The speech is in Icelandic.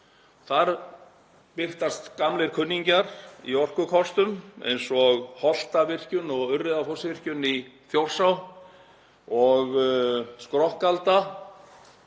Þar birtast gamlir kunningjar í orkukostum eins og Holtavirkjun og Urriðafossvirkjun í Þjórsá og Skrokkalda.